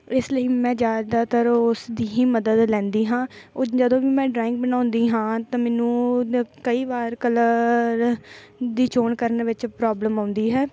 ਇਸ ਲਈ ਮੈਂ ਜ਼ਿਆਦਾਤਰ ਉਸ ਦੀ ਹੀ ਮਦਦ ਲੈਂਦੀ ਹਾਂ ਉਹ ਜਦੋਂ ਵੀ ਮੈਂ ਡਰਾਇੰਗ ਬਣਾਉਂਦੀ ਹਾਂ ਤਾਂ ਮੈਨੂੰ ਕਈ ਵਾਰ ਕਲਰ ਦੀ ਚੋਣ ਕਰਨ ਵਿੱਚ ਪ੍ਰੋਬਲਮ ਆਉਂਦੀ ਹੈ